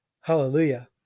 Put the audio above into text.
Hallelujah